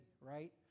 right